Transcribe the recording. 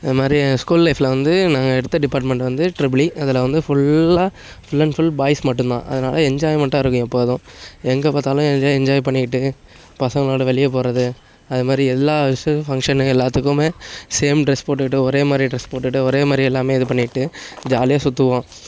இது மாதிரி என் ஸ்கூல் லைஃப்பில் வந்து நான் எடுத்த டிபார்ட்மெண்ட் வந்து ட்ரிபிள் இ அதில் வந்து ஃபுல்லாக ஃபுல் அண்ட் ஃபுல் பாய்ஸ் மட்டும் தான் அதனால என்ஜாய்மெண்டாக இருக்கும் எப்போதும் எங்கே பார்த்தாலும் என்ஜாய் என்ஜாய் பண்ணிக்கிட்டு பசங்களோடு வெளியே போகிறது அது மாதிரி எல்லா விஷயம் ஃபங்க்ஷனு எல்லாத்துக்குமே சேம் ட்ரெஸ் போட்டுகிட்டு ஒரே மாதிரி ட்ரெஸ் போட்டுகிட்டு ஒரே மாதிரி எல்லாமே இது பண்ணிக்கிட்டு ஜாலியாக சுற்றுவோம்